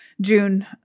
June